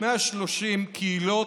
130 קהילות.